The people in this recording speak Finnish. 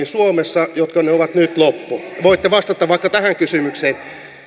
suomessa työllisyysmäärärahoihin jotka ovat nyt loppu voitte vastata vaikka tähän kysymykseen